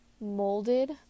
molded